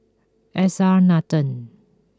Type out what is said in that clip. S R Nathan